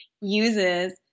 uses